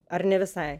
ar ne visai